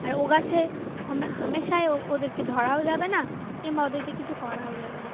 আর ও গাছে হামে হামেশায় ও ওদেরকে ধরাও যাবে না কিংবা ওদেরকে কিছু করাও যাবে না